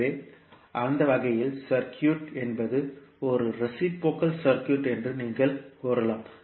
எனவே அந்த வகையில் சர்க்யூட் என்பது ஒரு ரேசிப்ரோகல் சர்க்யூட் என்று நீங்கள் கூறலாம்